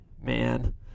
man